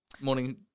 Morning